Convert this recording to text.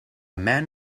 man